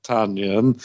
Tanyan